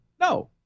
No